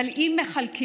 אבל אם מחלקים